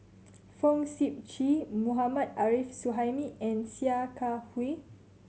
Fong Sip Chee Mohammad Arif Suhaimi and Sia Kah Hui